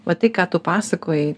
va tai ką tu pasakojai